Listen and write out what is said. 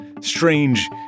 strange